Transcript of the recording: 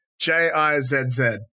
J-I-Z-Z